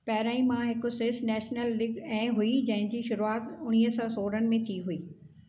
पहिरियनि मां हिकु Swiss national league ऐं हुई जंहिंजी शुरूआति उणिवीह सौ सोरहनि में थी हुई